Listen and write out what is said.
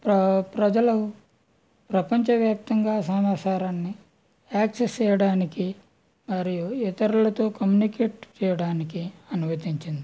ప్ర ప్రజలు ప్రపంచవ్యాప్తంగా సమాచారాన్ని యాక్సెస్ చేయడానికి మరియు ఇతరులతో కమ్యూనికేట్ చేయడానికి అనుమతించింది